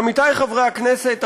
עמיתי חברי הכנסת,